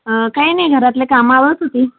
काही नाही घरातले काम आवरत होती